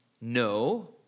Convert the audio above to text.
No